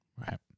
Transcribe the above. Right